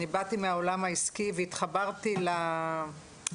אני באתי לעולם העסקי והתחברתי לתחום,